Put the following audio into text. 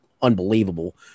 unbelievable